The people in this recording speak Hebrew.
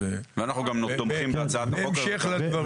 ואנחנו גם תומכים בהצעת החוק הזה.